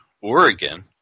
Oregon